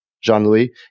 Jean-Louis